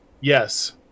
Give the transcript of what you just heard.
Yes